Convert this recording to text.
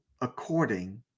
according